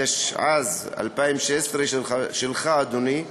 התשע"ז 2016, שלך, אדוני,